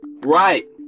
Right